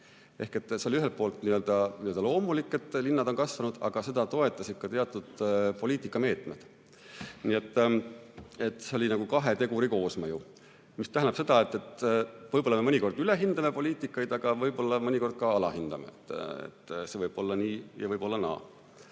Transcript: See oli ühelt poolt n-ö loomulik, et linnad on kasvanud, aga seda toetasid ka teatud poliitikameetmed. Nii et see oli nagu kahe teguri koosmõju. See tähendab seda, et võib-olla me mõnikord ülehindame poliitikat, aga mõnikord ka alahindame. See võib olla nii või naa.